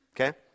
okay